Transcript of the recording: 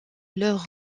leur